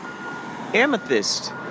amethyst